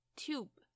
tube